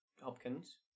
Hopkins